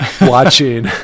watching